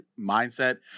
mindset